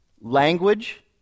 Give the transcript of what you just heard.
Language